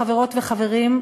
חברות וחברים,